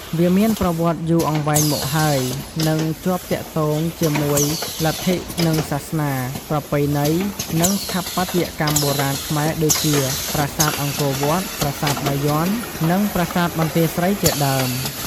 វាមានប្រវត្តិយូរអង្វែងមកហើយ និងជាប់ទាក់ទងជាមួយលទ្ធិនឹងសាសនា ប្រពៃណី និងស្ថាបត្យកម្មបុរាណខ្មែរដូចជា ប្រាសាទអង្គរវត្ត ប្រាសាទបាយ័ន និងប្រាសាទបន្ទាយស្រី ជាដើម។